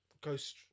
Ghost